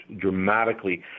dramatically